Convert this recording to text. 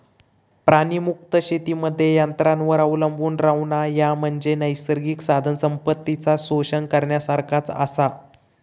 प्राणीमुक्त शेतीमध्ये यंत्रांवर अवलंबून रव्हणा, ह्या म्हणजे नैसर्गिक साधनसंपत्तीचा शोषण करण्यासारखाच आसा